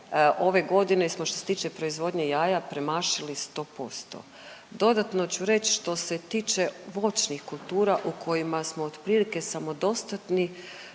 ove godine smo što se tiče proizvodnje jaja premašili 100%. Dodatno ću reći što se tiče voćnih kultura u kojima smo otprilike samodostatni